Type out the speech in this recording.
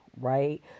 right